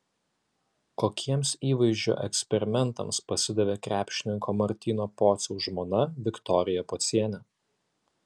kokiems įvaizdžio eksperimentams pasidavė krepšininko martyno pociaus žmona viktorija pocienė